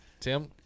Tim